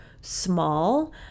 small